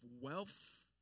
wealth